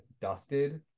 dusted